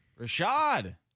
rashad